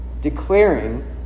declaring